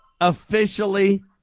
Officially